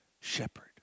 shepherd